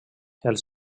els